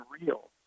real